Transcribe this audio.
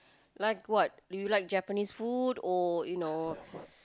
like what do you like Japanese food or you know